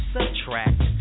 Subtract